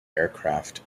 aircraft